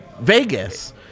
Vegas